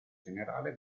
generale